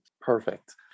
Perfect